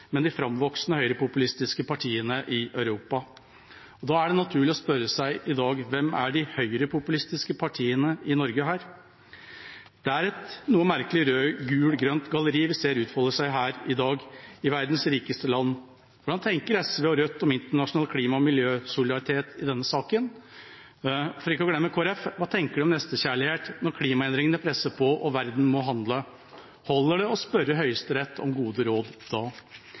men de framvoksende høyrepopulistiske partiene i Europa.» Da er det naturlig å spørre seg i dag: Hvem er de høyrepopulistiske partiene i Norge? Det er et noe merkelig rød-gul-grønt galleri vi ser utfolde seg her i dag, i verdens rikeste land. Hvordan tenker SV og Rødt om internasjonal klima- og miljøsolidaritet i denne saken? For ikke å glemme Kristelig Folkeparti: Hva tenker de om nestekjærlighet når klimaendringene presser på og verden må handle? Holder det å spørre Høyesterett om gode råd da?